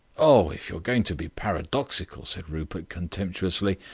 oh! if you are going to be paradoxical, said rupert contemptuously,